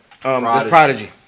Prodigy